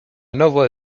nowo